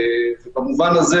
במובן הזה,